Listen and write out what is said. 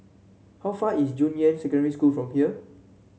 how far is Junyuan Secondary School from here